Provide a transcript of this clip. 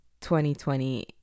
2020